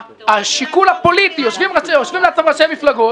השיקול הפוליטי יושבים ראשי מפלגות